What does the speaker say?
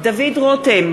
דוד רותם,